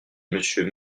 monsieur